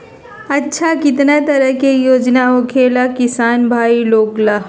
अच्छा कितना तरह के योजना होखेला किसान भाई लोग ला?